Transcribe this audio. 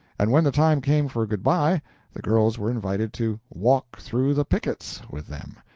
and when the time came for good-by the girls were invited to walk through the pickets with them,